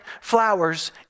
flowers